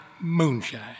moonshine